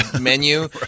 menu